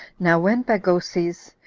now when bagoses,